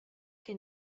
che